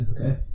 okay